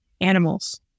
Animals